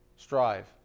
Strive